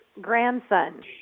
grandson